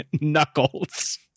Knuckles